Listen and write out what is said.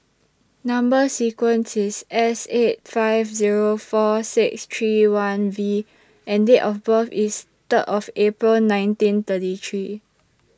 Number sequence IS S eight five Zero four six three one V and Date of birth IS Third of April nineteen thirty three